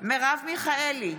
מרב מיכאלי,